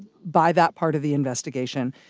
by that part of the investigation.